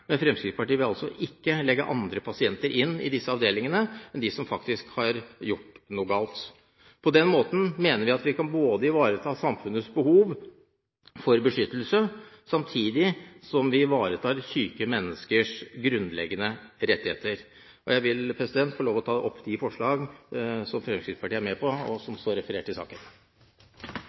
men Fremskrittspartiet vil ikke legge andre pasienter inn i disse avdelingene enn dem som faktisk har gjort noe galt. På den måten mener vi at vi kan både ivareta samfunnets behov for beskyttelse, samtidig som vi ivaretar syke menneskers grunnleggende rettigheter. Jeg tar opp det forslaget som Fremskrittspartiet er med på, og som står referert i